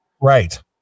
Right